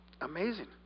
Amazing